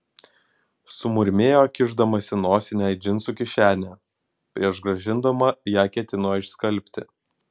sumurmėjo kišdamasi nosinę į džinsų kišenę prieš grąžindama ją ketino išskalbti